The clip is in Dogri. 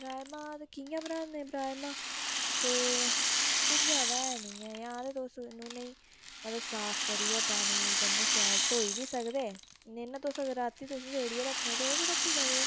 राजमां ते कियां बनांदे न राजमां ते किश जादा है नि ऐ हां ते तुस मतलव साफ करियै पानी कन्नै शैल धोई बी सकदे नेईं न तुस रातीं तुस सहेड़ीयै रक्खने ते ओह् बी रक्खी सकदे